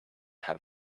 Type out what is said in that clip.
have